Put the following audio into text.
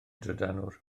drydanwr